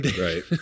Right